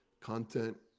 content